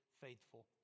faithful